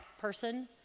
person